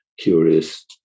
curious